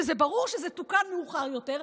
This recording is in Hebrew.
וברור שזה תוקן מאוחר יותר,